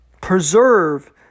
preserve